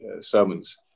sermons